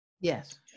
Yes